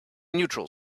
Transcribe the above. neutral